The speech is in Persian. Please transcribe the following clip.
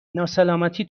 ناسلامتی